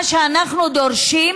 מה שאנחנו דורשים,